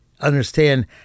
understand